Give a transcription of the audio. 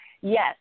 yes